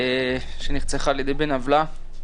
אישה שנרצחה על ידי בן עוולה.